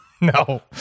No